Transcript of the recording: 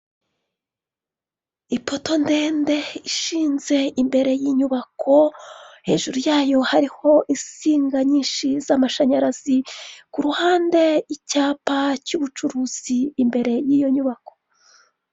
Ipoto ndende ishinze imbere y'inyubako hejuru yayo hariho insinga nyinshi z'amashanyarazi, kuruhande icyapa cy'ubucuruzi imbere y'iyo nyubako.